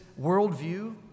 worldview